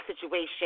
situation